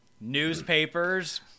newspapers